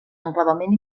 enclavament